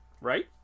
Right